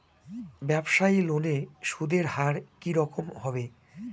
ব্যবসায়ী লোনে সুদের হার কি রকম হবে?